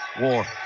War